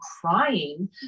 crying